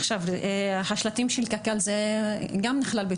השלטים של קק"ל, זה גם נכלל?